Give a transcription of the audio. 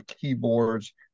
keyboards